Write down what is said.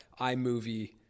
iMovie